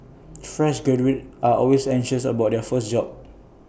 fresh graduates are always anxious about their first job